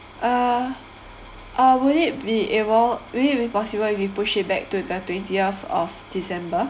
uh uh would it be able would it be possible if we push it back to the twentieth of december